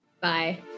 Bye